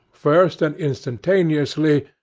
first and instantaneously,